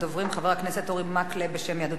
חבר הכנסת אורי מקלב בשם יהדות התורה.